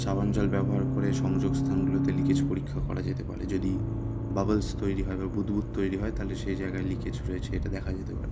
সাবান জল ব্যবহার করে সংযোগ স্থানগুলোতে লিকেজ পরীক্ষা করা যেতে পারে যদি বাবলস তৈরি হয় বুদবুদ তৈরি হয় তাহলে সেই জায়গায় লিকেজ রয়েছে এটা দেখা যেতে পারে